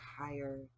higher